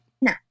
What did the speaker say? No